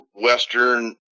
western